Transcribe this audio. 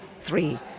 three